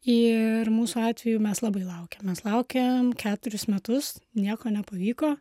ir mūsų atveju mes labai laukėm mes laukėm keturis metus nieko nepavyko